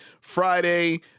Friday